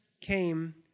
came